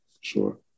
Sure